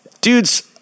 dudes